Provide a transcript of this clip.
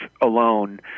alone